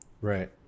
Right